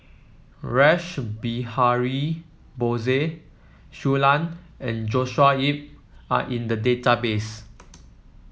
Rash Behari Bose Shui Lan and Joshua Ip are in the database